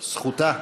זכותה.